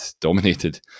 dominated